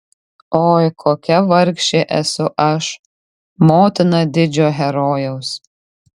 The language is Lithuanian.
oi kokia vargšė esu aš motina didžio herojaus